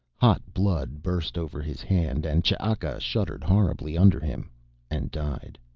hot blood burst over his hand and ch'aka shuddered horribly under him and died.